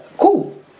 cool